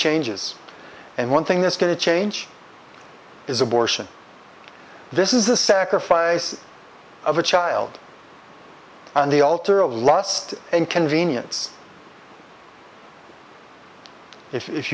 changes and one thing that's going to change is abortion this is the sacrifice of a child on the altar of lust and convenience if